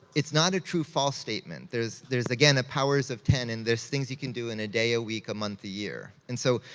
it's not a true false statement. there's there's again, a powers of ten, and there's things you can do in a day, a week, a month, a year. and so,